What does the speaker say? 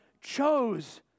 chose